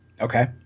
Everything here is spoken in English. Okay